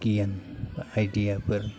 गियान आइडियाफोर